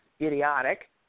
idiotic